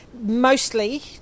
mostly